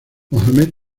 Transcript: mohammed